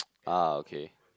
ah okay